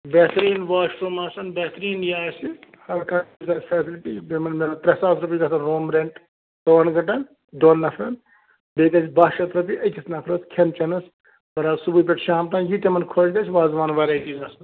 بہتریٖن washroom آسن بہتریٖن یہِ آسہِ ہر کانٛہہ فیسلٹی یِمن گژھَن ترٛےٚ ساس رۄپیہِ گَژھن روم رینٹ ژوٚوُہن گنٛٹن دۄن نَفرن بیٚیہِ گَژھِ باہ شتھ رۄپیہِ أکِس نفرس کھٮ۪ن چَٮ۪نَس برابر صُبحٕے پٮ۪ٹھ شام تام یہِ تِمن خۄش گَژھِ وازٕوان ویراٹیٖز آسن